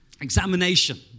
examination